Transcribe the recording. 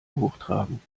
hochtragen